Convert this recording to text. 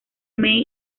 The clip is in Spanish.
may